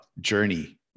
journey